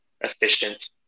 efficient